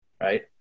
right